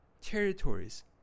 territories